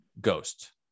Ghost